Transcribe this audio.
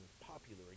popular